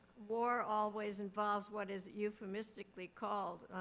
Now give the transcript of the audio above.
war always involves what is euphemistically called,